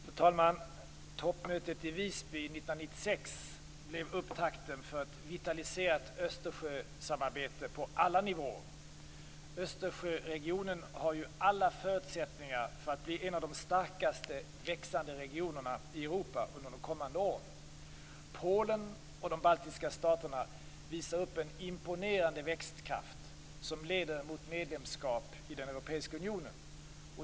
Fru talman! Toppmötet i Visby 1996 blev upptakten till ett vitaliserat Östersjösamarbete på alla nivåer. Östersjöregionen har ju alla förutsättningar för att bli en av de starkast växande regionerna i Europa under de kommande åren. Polen och de baltiska staterna visar upp en imponerande växtkraft som leder mot medlemskap i den europeiska unionen.